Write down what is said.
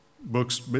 books